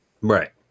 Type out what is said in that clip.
right